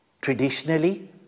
Traditionally